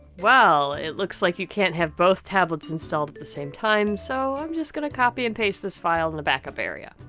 well. it looks like you can't have both tablets installed at the same time, so i'm just going to copy and paste this file in a backup area.